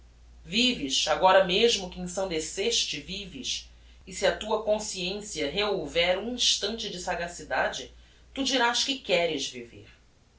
vives agora mesmo que ensandeceste vives e se a tua consciência rehouver um instante de sagacidade tu dirás que queres viver